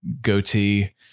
goatee